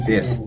Yes